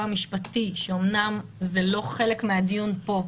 המשפטי שאמנם זה לא חלק מהדיון פה,